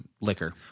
liquor